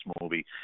movie